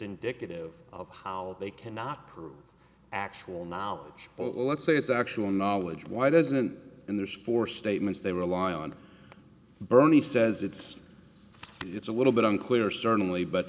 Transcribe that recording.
indicative of how they cannot prove actual knowledge but let's say it's actually knowledge why doesn't and there's four statements they rely on bernie says it's it's a little bit unclear certainly but